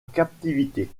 captivité